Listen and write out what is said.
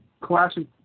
classic